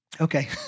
Okay